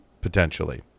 potentially